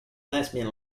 lesbian